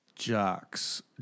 Jocks